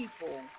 people